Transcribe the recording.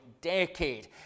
decade